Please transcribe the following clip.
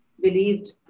believed